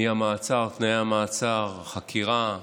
מהמעצר, תנאי המעצר, חקירה,